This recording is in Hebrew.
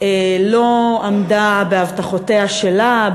לא עמדה בהבטחותיה שלה,